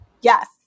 Yes